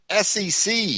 sec